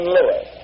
Lewis